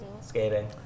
Skating